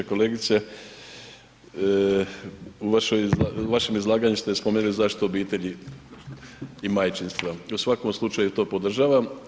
Kolegice, u vašem izlaganju ste spomenuli zaštitu obitelji i majčinstva i u svakom slučaju to podržavam.